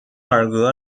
尔格